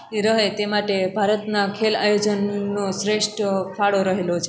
રહે તે માટે ભારતના ખેલ આયોજનનો શ્રેષ્ઠ ફાળો રહેલો છે